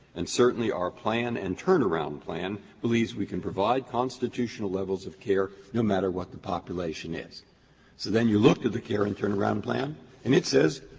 and certainly our plan and turnaround plan believes we can provide constitutional levels of care, no matter what the population is. so then you look to the care and turnaround plan and it says,